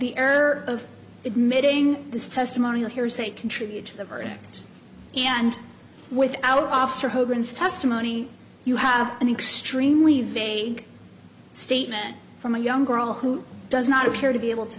error of admitting this testimonial hearsay contribute to the verdict and with our officer hogans testimony you have an extremely vague statement from a young girl who does not appear to be able to